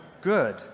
good